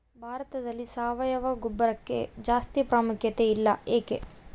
ಭಾರತದಲ್ಲಿ ಸಾವಯವ ಗೊಬ್ಬರಕ್ಕೆ ಜಾಸ್ತಿ ಪ್ರಾಮುಖ್ಯತೆ ಇಲ್ಲ ಯಾಕೆ?